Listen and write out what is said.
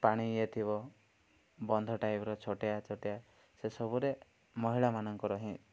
ପାଣି ଇଏ ଥିବ ବନ୍ଧ ଟାଇପ୍ର ଛୋଟିଆ ଛୋଟିଆ ସେ ସବୁରେ ମହିଳାମାନଙ୍କର ହିଁ